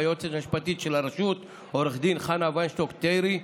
והיועצת המשפטית של הרשות עו"ד חנה ויינשטוק טירי,